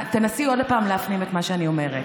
תנסי עוד פעם להפנים את מה שאני אומרת: